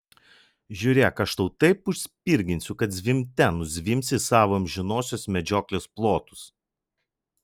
žiūrėk aš tau taip užspirginsiu kad zvimbte nuzvimbsi į savo amžinosios medžioklės plotus